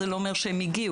זה לא אומר שהם הגיעו.